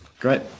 Great